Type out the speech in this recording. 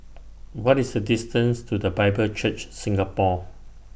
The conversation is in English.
What IS The distance to The Bible Church Singapore